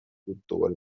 دوباره